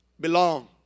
belong